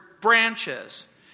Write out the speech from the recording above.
branches